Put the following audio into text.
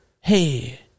hey